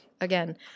again